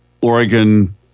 Oregon